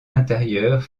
intérieurs